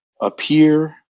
appear